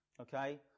okay